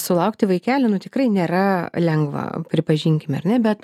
sulaukti vaikelį nu tikrai nėra lengva pripažinkim ar ne bet